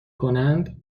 کنند